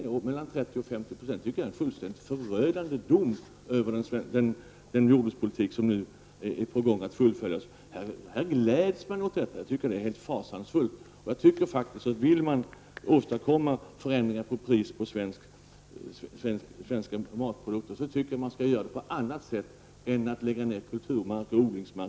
Det handlar om mellan 30 och 50 %. Det tycker jag är en fullständigt förödande dom över den jordbrukspolitik som nu är på väg att fullföljas. Här gläds man åt detta. Jag tycker att det är helt fasansfullt. Vill man åstadkomma förändringar av priset på svenska matprodukter, tycker jag att man skall göra det på annat sätt än genom att lägga ned kulturmark och odlingsmark.